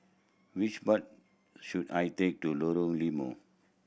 which bus should I take to Lorong Limau